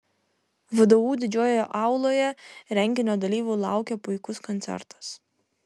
vdu didžiojoje auloje renginio dalyvių laukė puikus koncertas